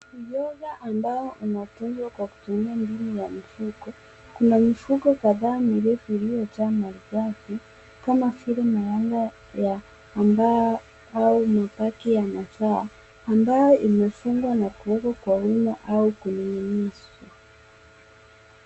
Uyoga ambao unatunzwa kwa kutumia mbinu ya mifuko. Kuna mifuko kadhaa mirefu iliyojaa maridadi kama vile mabaki ya mazao ambayo imefungwa na kuwekwa kwa wima au kuning'inizwa.